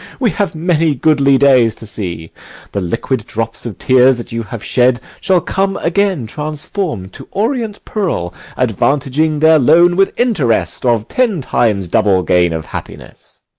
we have many goodly days to see the liquid drops of tears that you have shed shall come again, transform'd to orient pearl, advantaging their loan with interest of ten times double gain of happiness.